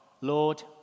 Lord